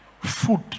food